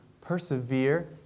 persevere